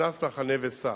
נכנס ל"חנה וסע"